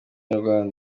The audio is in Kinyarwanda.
bagore